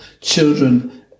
Children